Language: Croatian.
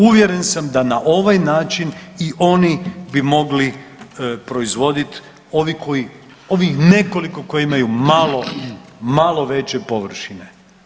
Uvjeren sam da na ovaj način i oni bi mogli proizvoditi, ovi koji, ovi nekoliko koji imaju malo, malo veće površine.